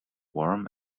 warm